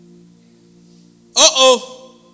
Uh-oh